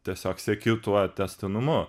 tiesiog sieki tuo tęstinumu